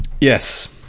yes